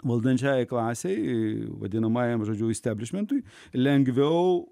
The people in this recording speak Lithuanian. valdančiajai klasei vadinamajam žodžiu isteblišmentui lengviau